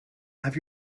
have